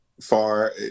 far